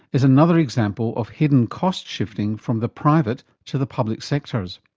is another example of hidden cost shifting from the private to the public sectors.